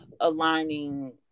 aligning